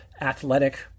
athletic